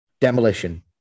demolition